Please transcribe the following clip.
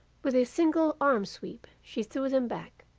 with a single arm-sweep she threw them back.